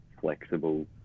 flexible